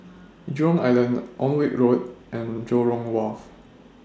Jurong Island Alnwick Road and Jurong Wharf